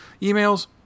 emails